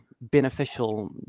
beneficial